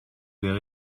wäre